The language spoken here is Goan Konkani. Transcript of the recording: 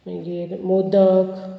मागीर मोदक